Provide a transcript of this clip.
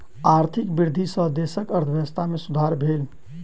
आर्थिक वृद्धि सॅ देशक अर्थव्यवस्था में सुधार भेल